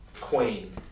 Queen